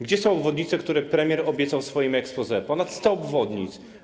Gdzie są obwodnice, które premier obiecał w swoim exposé, ponad 100 obwodnic?